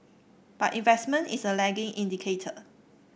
but investment is a lagging indicator